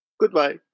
Goodbye